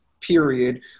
period